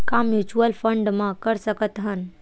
का mutual fund म कर सकत हन?